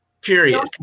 period